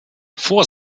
vor